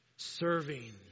Serving